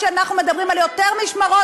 הוא רוצה לעבוד,